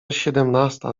siedemnasta